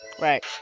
Right